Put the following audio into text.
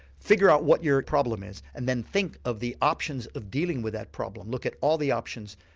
figure out what your problem is and then think of the options of dealing with that problem. look at all the options,